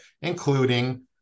including